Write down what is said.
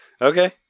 Okay